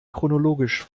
chronologisch